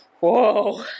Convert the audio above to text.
whoa